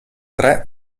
tre